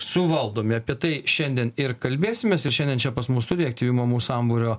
suvaldomi apie tai šiandien ir kalbėsimės ir šiandien čia pas mus studijoj aktyvių mamų sambūrio